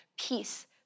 peace